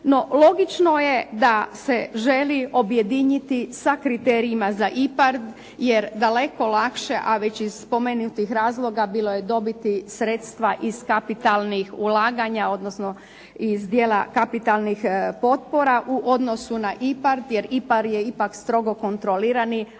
logično je da se želi objediniti sa kriterijima za IPARD jer daleko lakše, a već iz spomenutih razloga bilo je dobiti sredstva iz kapitalnih ulaganja, odnosno iz djela kapitalnih potpora u odnosu na IPARD jer IPARD je ipak strogo kontrolirani,